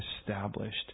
established